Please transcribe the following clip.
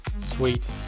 Sweet